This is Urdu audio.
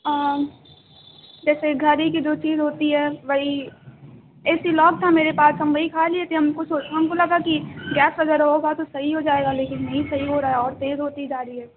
جیسے گھر ہی کی جو چیز ہوتی ہے وہی ایسیلاک تھا میرے پاس ہم وہی کھا لیے تھے ہم کو ہم کو لگا کہ گیس وغیرہ ہوگا تو صحیح ہو جائے گا لیکن نہیں صحیح ہو رہا ہے اور تیز ہوتی جا رہی ہے